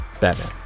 Batman